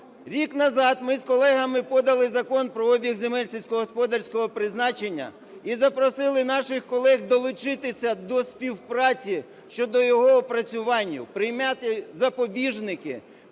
Рік назад ми з колегами подали Закон про обіг земель сільськогосподарського призначення і запросили наших колег долучитися до співпраці щодо його опрацювання, прийняти запобіжники,